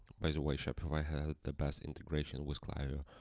by the way shopify had the best integration was klaviyo.